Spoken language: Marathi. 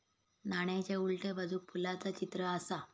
नाण्याच्या उलट्या बाजूक फुलाचा चित्र आसा